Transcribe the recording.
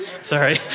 Sorry